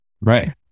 right